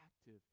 active